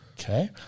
Okay